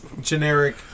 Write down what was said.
Generic